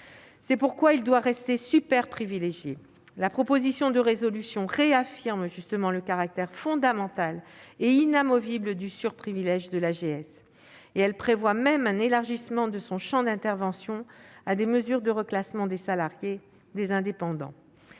C'est pourquoi l'AGS doit rester superprivilégiée. La proposition de résolution réaffirme justement le caractère fondamental et inamovible du superprivilège de l'AGS. Elle prévoit un élargissement de son champ d'intervention à des mesures de reclassement des salariés et invite